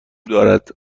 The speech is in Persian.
دارد